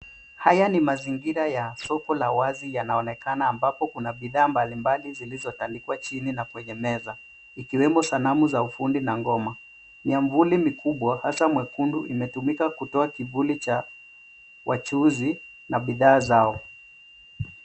Haya ni mazingira ya soko la wazi yanaonekana, ambapo kuna bidhaa mbalimbali zilizotandikwa chini na kwenye meza, ikiwemo sanamu za ufundi na ngoma. Miavuli mikubwa, hasa mwekundu imetumika kutoa kivuli cha wachuuzi na bidhaa zao.